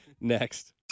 next